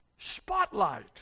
Spotlight